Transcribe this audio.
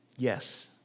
Yes